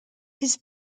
his